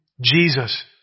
Jesus